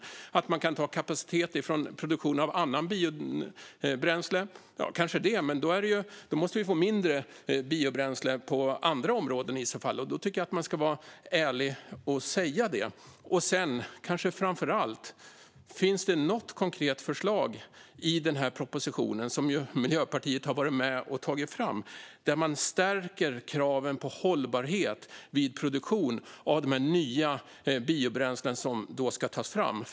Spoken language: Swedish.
Lorentz Tovatt säger också att det går att ta kapacitet från produktion av annat biobränsle. Kanske det, men i så fall måste vi få mindre biobränsle på andra områden. Då tycker jag att man ska vara ärlig och säga det. Sedan, och kanske framför allt, vill jag fråga: Finns det något konkret förslag i den här propositionen, som Miljöpartiet har varit med och tagit fram, där man stärker kraven på hållbarhet vid produktion av de nya biobränslen som ska tas fram?